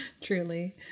Truly